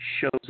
shows